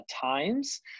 times